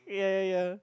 ya ya ya